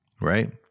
right